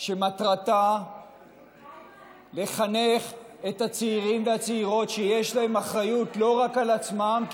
שמטרתה לחנך את הצעירים והצעירות שיש להם אחריות לא רק על עצמם,